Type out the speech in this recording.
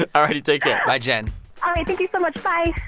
ah all righty, take care bye, jen thank you so much. bye